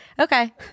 Okay